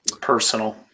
personal